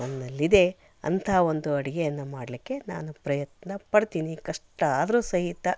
ನನ್ನಲ್ಲಿದೆ ಅಂಥ ಒಂದು ಅಡುಗೆಯನ್ನು ಮಾಡಲಿಕ್ಕೆ ನಾನು ಪ್ರಯತ್ನಪಡ್ತೀನಿ ಕಷ್ಟ ಆದರೂ ಸಹಿತ